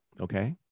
okay